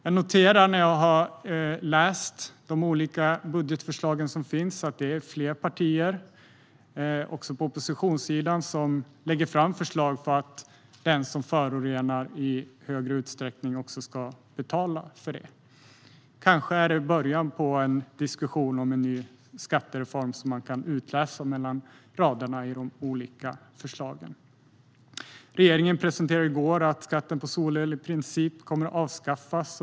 När jag har läst de olika budgetförslag som finns har jag noterat att flera partier också på oppositionssidan lägger fram förslag om att den som förorenar i högre utsträckning också ska betala för det. Kanske är det början på en diskussion om en ny skattereform som man kan utläsa mellan raderna i de olika förslagen. Regeringen presenterade i går att skatten på solel i princip kommer att avskaffas.